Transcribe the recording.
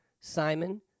Simon